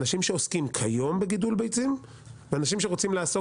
אנשים שעוסקים כיום בגידול ביצים ואנשים שרוצים לעסוק